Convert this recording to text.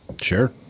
Sure